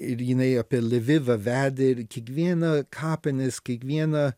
ir jinai apie lvivą vedė ir kiekvieną kapinės kiekvieną